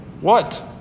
What